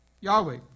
Yahweh